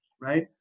right